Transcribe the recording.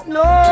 no